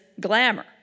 glamour